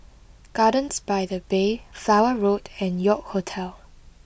gardens by the Bay Flower Road and York Hotel